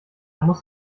musst